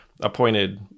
appointed